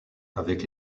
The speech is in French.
avec